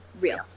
real